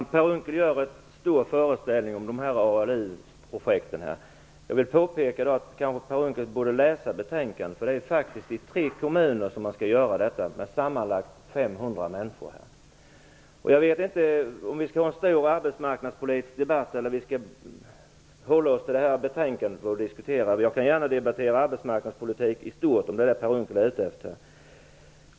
Herr talman! Per Unckel gör en stor föreställning av ALU-projekten. Jag vill påpeka att Per Unckel kanske borde läsa betänkandet. Det är faktiskt i tre kommuner som detta skall genomföras, med sammanlagt 500 människor. Jag vet inte om vi skall ha en stor arbetsmarknadspolitisk debatt eller om vi skall hålla oss till betänkandet. Jag kan gärna debattera arbetsmarknadspolitik i stort om det är det Per Unckel är ute efter.